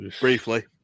Briefly